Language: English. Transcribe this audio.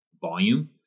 volume